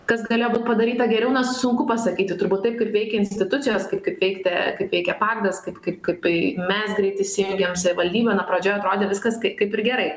kas galėjo būt padaryta geriau na sunku pasakyti turbūt taip kaip veikia institucijos kaip kaip veiktė veikia pavydas kaip kaip kaip mes greit įsijungėm savivaldybė na pradžioj atrodė viskas ka kaip ir gerai